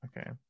Okay